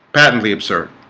patently absurd